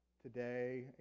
today